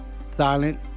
Silent